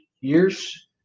years